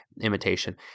imitation